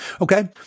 Okay